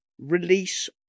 release